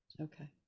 Okay